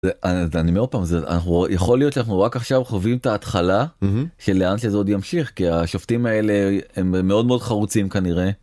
אני אומר עוד פעם זה אנחנו יכול להיות לך רק עכשיו חווים את ההתחלה שלאן שזה עוד ימשיך כי השופטים האלה הם מאוד מאוד חרוצים כנראה.